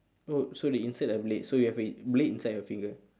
oh so they insert a blade so you have a blade inside your finger